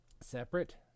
separate